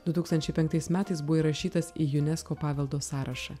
du tūkstančiai penktais metais buvo įrašytas į unesco paveldo sąrašą